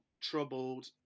troubled